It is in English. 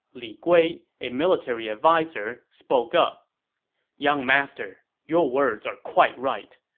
li gui, a military adviser, spoke up young master, your words are quite right.